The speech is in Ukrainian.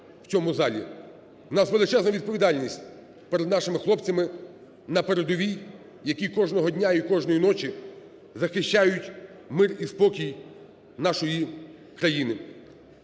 У нас величезна відповідальність перед нашими хлопцями на передовій, які кожного дня і кожної ночі захищають мир і спокій нашої країни.